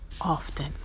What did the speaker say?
often